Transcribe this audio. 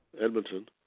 Edmonton